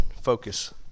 focus